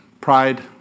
pride